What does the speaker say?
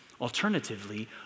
Alternatively